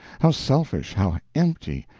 how selfish, how empty,